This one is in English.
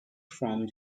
from